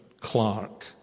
Clark